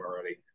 already